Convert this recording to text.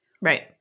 Right